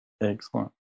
Excellent